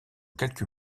quelques